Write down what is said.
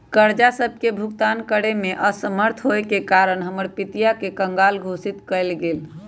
कर्जा सभके भुगतान करेमे असमर्थ होयेके कारण हमर पितिया के कँगाल घोषित कएल गेल